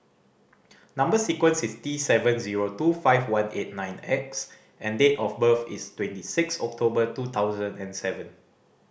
number sequence is T seven zero two five one eight nine X and date of birth is twenty six October two thousand and seven